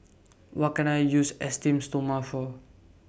What Can I use Esteem Stoma For